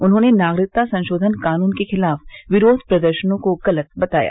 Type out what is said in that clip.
उन्होंने नागरिकता संशोधन कानून के खिलाफ विरोध प्रदर्शनों को गलत बताया